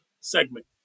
segment